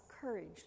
courage